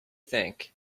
think